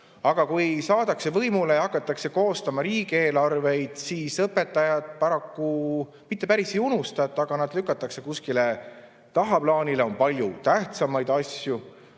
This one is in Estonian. Aga kui saadakse võimule ja hakatakse koostama riigieelarveid, siis õpetajaid mitte küll päris ei unustata, aga nad lükatakse kuskile tagaplaanile. On palju tähtsamaid asju.